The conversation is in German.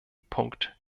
punkt